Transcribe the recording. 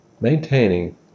Maintaining